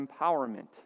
empowerment